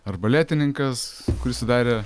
arbaletininkas kuris sudarė